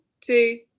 two